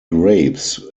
grapes